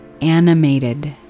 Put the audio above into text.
Animated